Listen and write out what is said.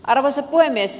arvoisa puhemies